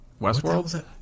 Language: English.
Westworld